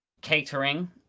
catering